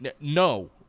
No